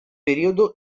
periodo